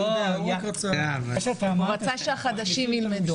הוא רצה שהחדשים ילמדו.